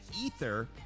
ether